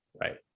Right